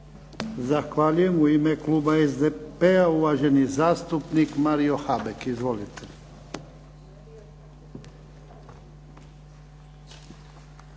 Zahvaljujem. U ime kluba SDP-a uvaženi zastupnik Mario Habek. Izvolite.